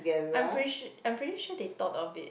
I am pretty s~ I am pretty sure they thought of it